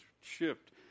Shift